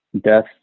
death